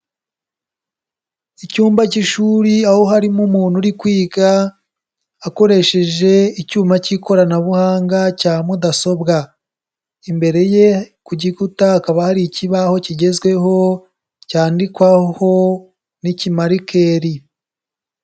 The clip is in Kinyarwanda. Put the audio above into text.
Icyumba cy'ishuri aho harimo umuntu uri kwiga akoresheje icyuma cy'ikoranabuhanga cya mudasobwa, imbere ye ku gikuta hakaba hari ikibaho kigezweho cyandikwaho n'ikimarikeri.